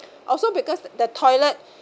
also because the toilet